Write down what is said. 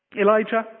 Elijah